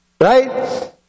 Right